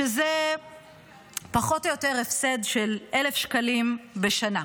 שזה פחות או יותר הפסד של 1,000 שקלים בשנה,